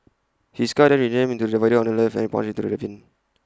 his car then rammed into the divider on the left and plunged to the ravine